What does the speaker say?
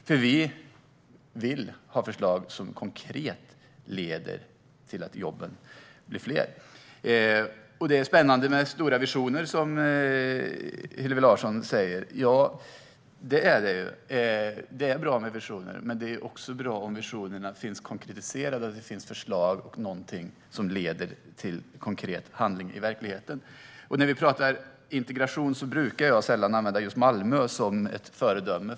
Vi vill nämligen ha konkreta förslag som leder till fler jobb. Det är spännande med stora visioner, som Hillevi Larsson säger. Visst är det bra med visioner. Men det är också bra om det finns konkreta förslag som leder till verklig handling. När det gäller integration brukar jag sällan använda just Malmö som föredöme.